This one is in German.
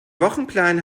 wochenplan